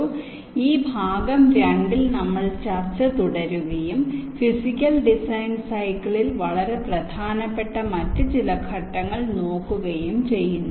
അതിനാൽ ഈ ഭാഗം 2 ൽ നമ്മൾ ചർച്ച തുടരുകയും ഫിസിക്കൽ ഡിസൈൻ സൈക്കിളിൽ വളരെ പ്രധാനപ്പെട്ട മറ്റ് ചില ഘട്ടങ്ങൾ നോക്കുകയും ചെയ്യുന്നു